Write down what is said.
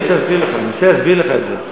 אני מנסה להסביר לך את זה.